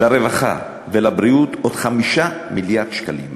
לרווחה ולבריאות עוד 5 מיליארד שקלים.